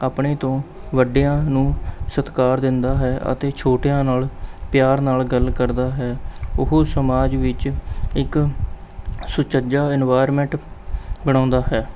ਆਪਣੇ ਤੋਂ ਵੱਡਿਆਂ ਨੂੰ ਸਤਿਕਾਰ ਦਿੰਦਾ ਹੈ ਅਤੇ ਛੋਟਿਆਂ ਨਾਲ਼ ਪਿਆਰ ਨਾਲ਼ ਗੱਲ ਕਰਦਾ ਹੈ ਉਹ ਸਮਾਜ ਵਿੱਚ ਇੱਕ ਸੁਚੱਜਾ ਇੰਨਵਾਇਰਮੈਂਟ ਬਣਾਉਂਦਾ ਹੈ